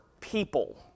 people